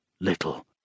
Little